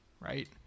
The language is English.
Right